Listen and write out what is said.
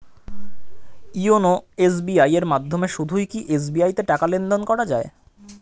YONO SBI এর মাধ্যমে শুধুই কি এস.বি.আই তে টাকা লেনদেন করা যায়?